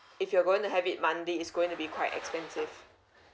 if you're going to have it monthly it's going to be quite expensive